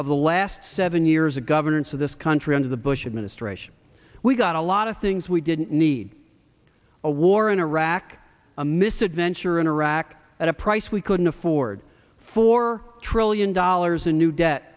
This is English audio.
of the last seven years a governance of this country under the bush administration we got a lot of things we didn't need a war in iraq a misadventure in iraq at a price we couldn't afford four trillion dollars in new debt